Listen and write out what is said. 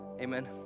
Amen